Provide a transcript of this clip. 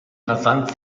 rasant